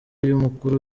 y’umukuru